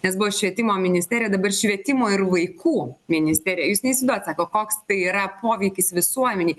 nes buvo švietimo ministerija dabar švietimo ir vaikų ministerija jūs neįsivaizduojat sako koks tai yra poveikis visuomenei